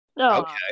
Okay